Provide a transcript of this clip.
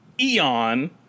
eon